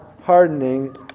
hardening